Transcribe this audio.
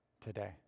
today